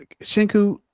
Shinku